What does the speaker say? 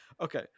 Okay